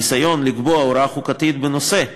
הניסיון לקבוע הוראה חוקתית בנושא,